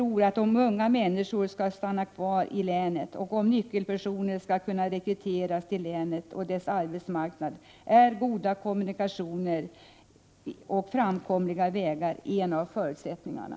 Om unga människor skall stanna kvar i länet och om nyckelpersoner skall kunna rekryteras till länet och dess arbetsmarknad, är goda kommunikationer och framkomliga vägar en av förutsättningarna.